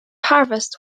harvest